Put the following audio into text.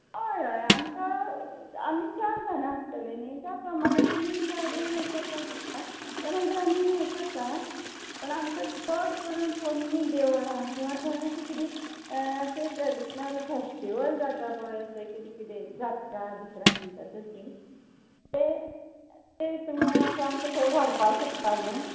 हय हय आमकां आमी चार जाणां आसतलीं न्ही त्या प्रमाणे तुमी गाडी हें करपा शकता ते नंतर आमी हें करता पण आमकां चड करून पोरणी देवळां किंवां थंय अशें किदें अशे ट्रॅडिशनल फॅस्टिवल जाता पय अशें किदें किदें जात्रा बित्रा म्हणटा तशी ते ते तुमी अशें आमकां थंय व्हरपा शकता न्ही